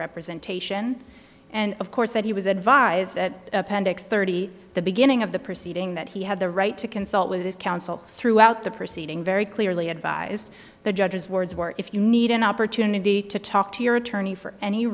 representation and of course that he was advised at appendix thirty the beginning of the proceeding that he had the right to consult with his counsel throughout the proceeding very clearly advised the judge's words were if you need an opportunity to talk to your attorney for any